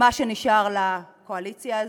במה שנשאר לקואליציה הזאת,